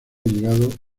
llegado